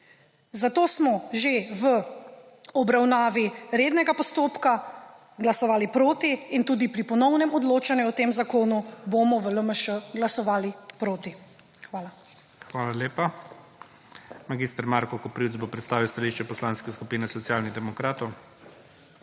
Zato smo že v obravnavi rednega postopka glasovali proti in tudi pri ponovnem odločanju o tem zakonu bomo v LMŠ glasovali proti. Hvala. **PREDSEDNIK IGOR ZORČIČ:** Hvala lepa. Mag. Marko Koprivc bo predstavil stališče Poslanske skupine Socialnih demokratov.